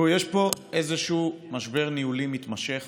יש פה איזשהו משבר ניהולי מתמשך